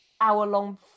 hour-long